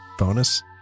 Bonus